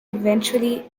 eventually